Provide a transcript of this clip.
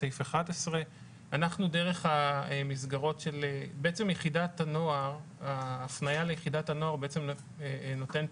סעיף 11. בעצם ההפניה ליחידת הנוער נותנת